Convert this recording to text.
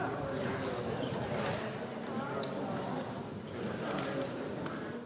Hvala,